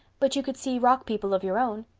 but you could see rock people of your own.